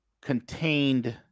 contained